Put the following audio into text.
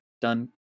done